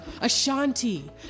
Ashanti